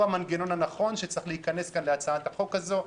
הוא המנגנון הנכון שצריך להיכנס כאן בהצעת החוק הזאת.